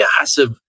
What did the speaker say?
massive